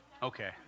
Okay